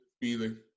Feeling